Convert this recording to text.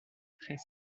très